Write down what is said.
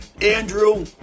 Andrew